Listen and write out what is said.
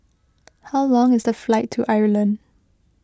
how long is the flight to Ireland